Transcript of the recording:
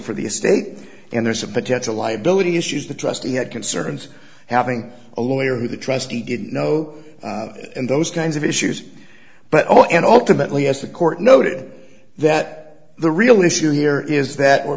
for the estate and there's a potential liability issues the trustee had concerns having a lawyer who the trustee didn't know and those kinds of issues but oh and ultimately as the court noted that the real issue here is that